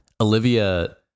olivia